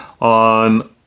on